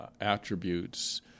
attributes